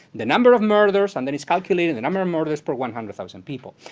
the number of murders, and then it's calculating the number of murders per one hundred thousand people.